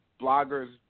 bloggers